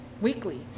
Weekly